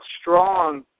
strong